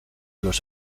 los